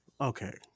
Okay